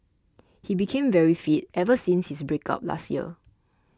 he became very fit ever since his break up last year